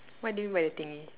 what do you mean by the thingy